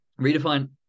Redefine